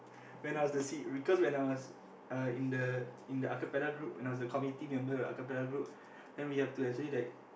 when I was the seat cause when was uh in the in the acapella group and I was the committee member of the acapella group then we have to actually like